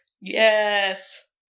Yes